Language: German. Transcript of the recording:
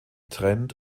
trend